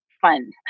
fun